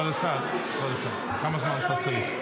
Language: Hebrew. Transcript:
כבוד השר, כבוד השר, כמה זמן אתה צריך?